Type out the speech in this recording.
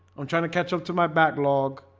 i'm trying to catch up to my backlog